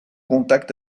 contact